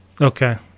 okay